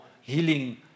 healing